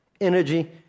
energy